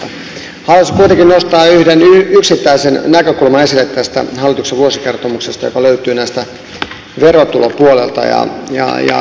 haluaisin kuitenkin nostaa esille tästä hallituksen vuosikertomuksesta yhden yksittäisen näkökulman joka löytyy verotulopuolelta ja koskee tupakkaveroa